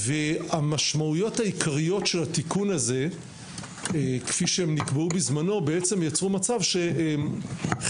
המשמעויות העיקריות של התיקון הזה כפי שהן נקבעו בזמנו יצרו מצב שחלק